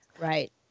Right